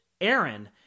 Aaron